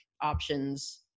options